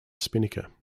spinnaker